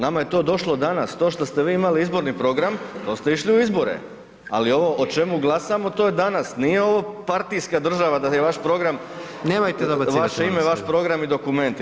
Nama je to došlo danas, to što ste vi imali izborni program, to ste išli u izbore ali ovo o čemu glasamo, to je danas, nije ovo partijska država da je vaš program, [[Upadica predsjednik: Nemojte dobacivati, molim vas.]] vaše ime, vaš program i dokumenti.